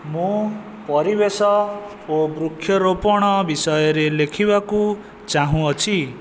ମୁଁ ପରିବେଶ ଓ ବୃକ୍ଷରୋପଣ ବିଷୟରେ ଲେଖିବାକୁ ଚାହୁଁଅଛି